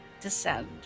descend